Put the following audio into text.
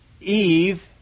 Eve